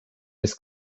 des